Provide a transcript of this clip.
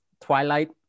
twilight